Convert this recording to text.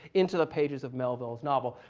into the pages of melville's novel.